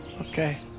Okay